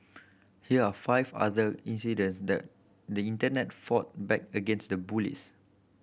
here are five other incidents the the Internet fought back against the bullies